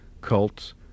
cults